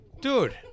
Dude